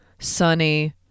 sunny